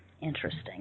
interesting